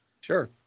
Sure